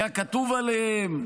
היה כתוב עליהם: